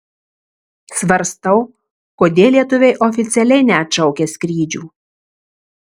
svarstau kodėl lietuviai oficialiai neatšaukia skrydžių